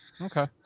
Okay